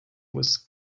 was